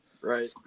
Right